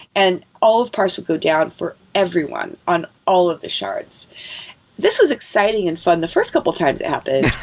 and all of parse would go down for everyone on all of the shards this was exciting and fun the first couple times it happened.